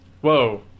Whoa